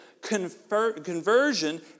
Conversion